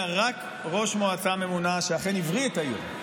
רק ראש מועצה ממונה שאכן הבריא את העיר,